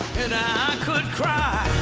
could cry